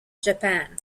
japan